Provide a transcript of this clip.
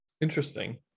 Interesting